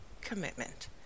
commitment